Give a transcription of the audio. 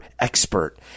expert